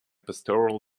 pastoral